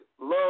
love